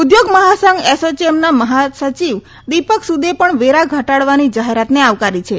ઉદ્યોગ મહાસંઘ એસએએમના મહાસચિવ દિપક સુદે પણ વેરા ઘટાડવાની જાહેરાતને આવકારી છે